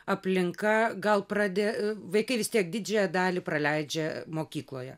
aplinka gal pradė vaikai vis tiek didžiąją dalį praleidžia mokykloje